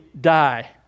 die